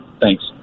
Thanks